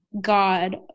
God